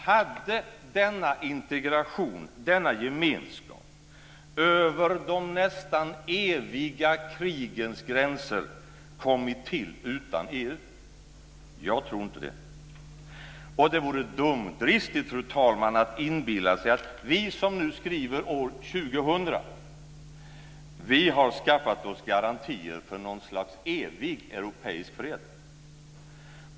Hade denna integration, denna gemenskap, över de nästan eviga krigens gränser kommit till utan EU? Jag tror inte det. Det vore dumdristigt, fru talman, att inbilla sig att vi som nu skriver år 2000 har skaffat oss garantier för något slags evig europeisk fred.